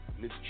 Miss